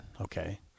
okay